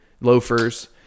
loafers